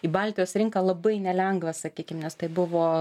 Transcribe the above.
į baltijos rinką labai nelengva sakykim nes tai buvo